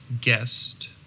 guest